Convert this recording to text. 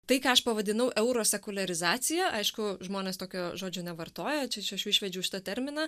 tai ką aš pavadinau euro sekuliarizacija aišku žmonės tokio žodžio nevartoja čia aš jau išvedžiau šitą terminą